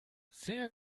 sehr